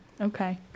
Okay